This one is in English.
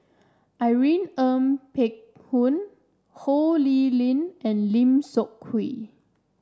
Irene Ng Phek Hoong Ho Lee Ling and Lim Seok Hui